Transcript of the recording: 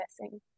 missing